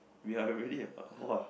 we are already at !wah!